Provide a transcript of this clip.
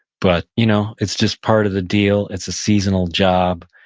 but you know it's just part of the deal. it's a seasonal job.